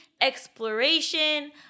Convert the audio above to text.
exploration